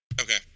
Okay